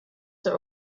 der